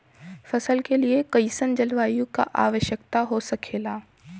फसल के लिए कईसन जलवायु का आवश्यकता हो खेला?